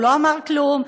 הוא לא אמר כלום,